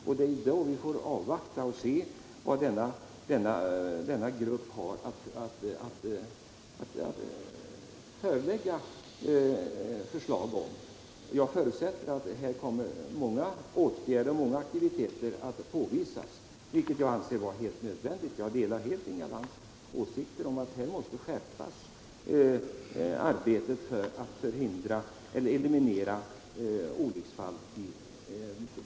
Vi bör därför avvakta och se vad denna grupp har att föreslå. Jag förutsätter att gruppen kommer att föreslå många åtgärder, något som jag anser vara helt nödvändigt. Jag delar Inga Lantz uppfattning att arbetet för att eliminera barnolycksfallen i trafiken måste skärpas.